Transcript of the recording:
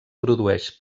produeix